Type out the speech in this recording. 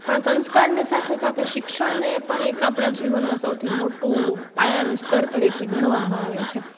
પણ સંસ્કારની સાથે સાથે શિક્ષણને પણ એક આપણા જીવનમાં સૌથી મોટું પાયાનું સ્તર તરીકે ગણવામાં આવે છે